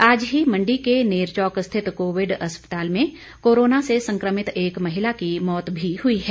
आज ही मंडी के नेरचौक स्थित कोविड अस्पताल में कोरोना से संक्रमित एक महिला की मौत भी हुई है